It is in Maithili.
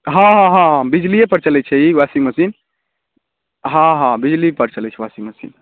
हँ हँ हँ बिजलिए पर चले छै ई वॉशिंग मशीन हँ हँ बिजली पर चले छै वॉशिंग मशीन